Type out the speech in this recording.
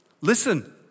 Listen